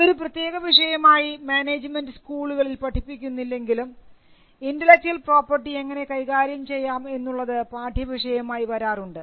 അതൊരു പ്രത്യേക വിഷയമായി മാനേജ്മെൻറ് സ്കൂളുകളിൽ പഠിപ്പിക്കുന്നില്ലെങ്കിലും ഇന്റെലക്ച്വൽ പ്രോപർട്ടി എങ്ങനെ കൈകാര്യം ചെയ്യാം എന്നുള്ളത് പാഠ്യവിഷയമായി വരാറുണ്ട്